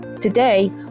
Today